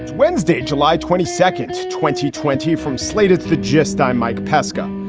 wednesday, july twenty second, twenty twenty from slate, it's the gist. i'm mike pesca.